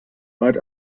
but